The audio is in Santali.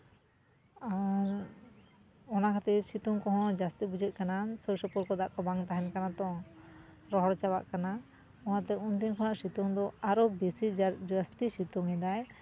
ᱟᱨ ᱚᱱᱟ ᱠᱷᱟᱹᱛᱤᱨ ᱥᱤᱛᱩᱝ ᱠᱚᱦᱚᱸ ᱡᱟᱹᱥᱛᱤ ᱵᱩᱡᱷᱟᱹᱜ ᱠᱟᱱᱟ ᱥᱩᱨ ᱥᱩᱯᱩᱨ ᱠᱚ ᱫᱟᱜ ᱠᱚ ᱵᱟᱝ ᱛᱟᱦᱮᱱ ᱠᱟᱱᱟ ᱛᱚ ᱨᱚᱦᱚᱲ ᱪᱟᱵᱟᱜ ᱠᱟᱱᱟ ᱚᱱᱟᱛᱮ ᱩᱱᱫᱤᱱ ᱠᱷᱚᱱᱟᱜ ᱥᱤᱛᱩᱝ ᱫᱚ ᱟᱨ ᱵᱤᱥᱤ ᱡᱟᱹᱥᱛᱤ ᱥᱤᱛᱩᱝᱮᱫᱟᱭ